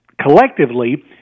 collectively